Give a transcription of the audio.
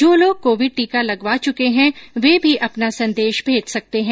जो लोग कोविड टीका लगवा चुके हैं वे भी अपना संदेश भेज सकते हैं